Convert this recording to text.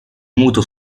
muto